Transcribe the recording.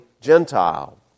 Gentile